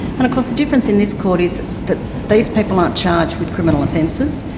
and of course the difference in this court is that these people aren't charged with criminal offences.